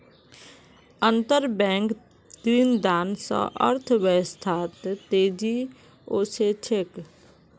अंतरबैंक ऋणदान स अर्थव्यवस्थात तेजी ओसे छेक